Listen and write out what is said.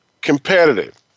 competitive